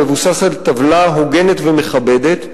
המבוסס על טבלה הוגנת ומכבדת,